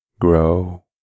grow